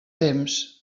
temps